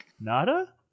Nada